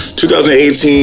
2018